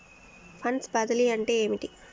Funds బదిలీ అంటే ఏమిటి?